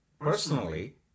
personally